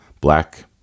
Black